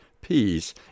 peace